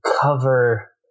cover